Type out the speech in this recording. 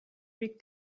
big